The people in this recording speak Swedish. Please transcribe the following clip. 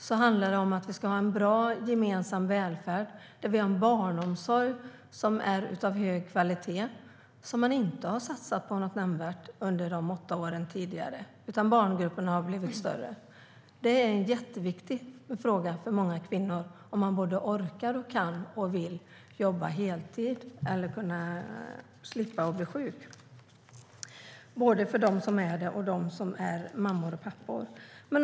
Det handlar också om att vi ska ha en bra gemensam välfärd där vi har en barnomsorg av hög kvalitet. Det har man inte satsat på något nämnvärt under de tidigare åtta åren, utan barngrupperna har blivit större. Att orka, kunna och vilja jobba heltid och slippa bli sjuka är en jätteviktig fråga för många kvinnor, och det gäller både dem som jobbar där och mammorna och papporna.